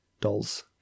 dolls